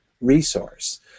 resource